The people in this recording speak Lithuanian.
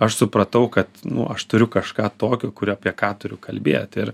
aš supratau kad nu aš turiu kažką tokio kur apie ką turiu kalbėti ir